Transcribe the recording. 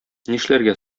нишләргә